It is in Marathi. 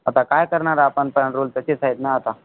आता काय करणार आपण सांग रूल तसेच आहेत ना आता